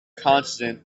consonant